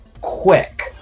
quick